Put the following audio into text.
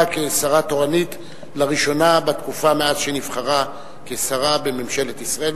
כשרה תורנית לראשונה מאז נבחרה לשרה בממשלת ישראל.